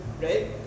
right